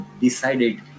decided